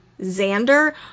Xander